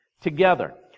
together